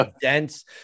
dense